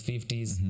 50s